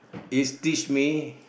is teach me